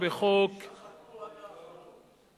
ששחטו עד לאחרון.